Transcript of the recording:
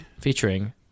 Featuring